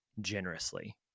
generously